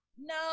No